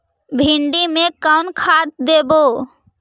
भिंडी में कोन खाद देबै?